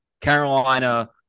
Carolina